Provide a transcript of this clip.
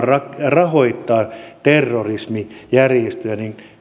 rahoittaa terrorismijärjestöjä niin